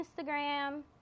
instagram